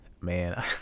man